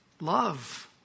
love